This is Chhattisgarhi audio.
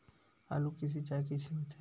आलू के सिंचाई कइसे होथे?